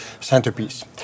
centerpiece